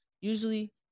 usually